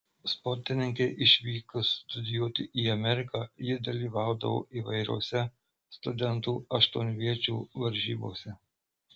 sportininkei išvykus studijuoti į ameriką ji dalyvaudavo įvairiose studentų aštuonviečių varžybose